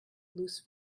loose